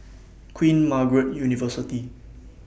Queen Margaret University